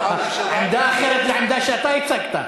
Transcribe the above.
עמדה אחרת היא העמדה שאתה הצגת.